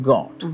God